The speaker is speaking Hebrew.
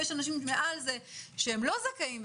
ויש אנשים מעל זה שהם לא זכאים,